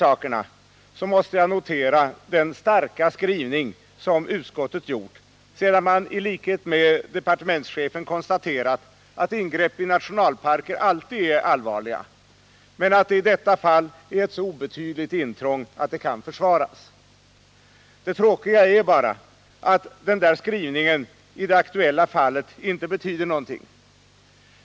Oavsett detta måste jag notera den starka skrivning som utskottet gjort, sedan man i likhet med departementschefen konstaterat att ingrepp i nationalparker alltid är allvarliga men att det i detta fall är ett så obetydligt intrång att det kan försvaras. Det tråkiga är bara att den skrivningen i det aktuella fallet inte betyder något.